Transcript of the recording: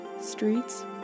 streets